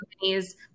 companies